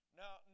now